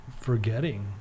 forgetting